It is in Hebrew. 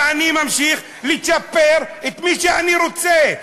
ואני ממשיך לצ'פר את מי שאני רוצה.